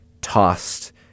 tossed